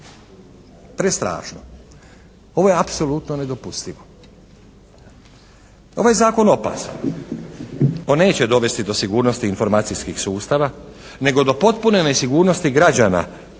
Prestrašno. Ovo je apsolutno nedopustivo. Ovaj je zakon opasan. On neće dovesti do sigurnosti informacijskih sustava nego do potpune nesigurnosti građana